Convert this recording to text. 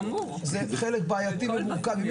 זה חלק בעייתי ומורכב.